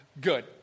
good